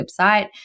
website